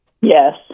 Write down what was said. Yes